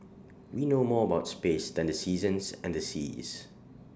we know more about space than the seasons and the seas